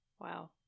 Wow